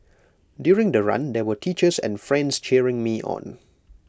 during the run there were teachers and friends cheering me on